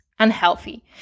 unhealthy